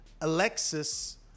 Alexis